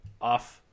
off